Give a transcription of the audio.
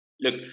Look